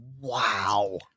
wow